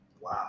Wow